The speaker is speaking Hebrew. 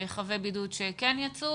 בוחנים האם זה נכון וככל שכן,